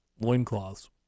loincloths